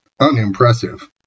unimpressive